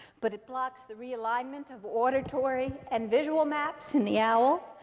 but it blocks the realignment of auditory and visual maps in the owl.